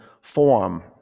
form